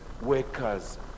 workers